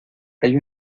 hay